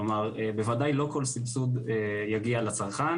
כלומר בוודאי לא כל סבסוד יגיע לצרכן